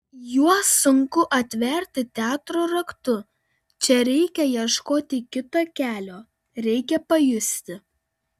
juos sunku atverti teatro raktu čia reikia ieškoti kito kelio reikia pajusti